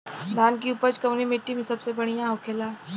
धान की उपज कवने मिट्टी में सबसे बढ़ियां होखेला?